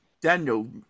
Daniel